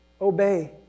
obey